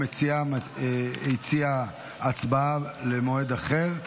המציעה הציעה הצבעה במועד אחר.